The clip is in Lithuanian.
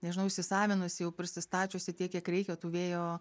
nežinau įsisavinusi jau prisistačiusi tiek kiek reikia tų vėjo